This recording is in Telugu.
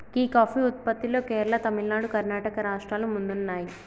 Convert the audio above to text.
గీ కాఫీ ఉత్పత్తిలో కేరళ, తమిళనాడు, కర్ణాటక రాష్ట్రాలు ముందున్నాయి